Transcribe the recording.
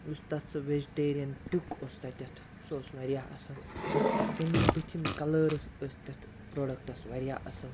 یُس تتھ سُہ ویجٹیریَن ٹُک اوس تَتیٚتھ سُہ اوس واریاہ اَصٕل تیٚمِک بُتھِم کَلٲرٕس ٲسۍ تتھ پرٛوڈَکٹَس واریاہ اَصٕل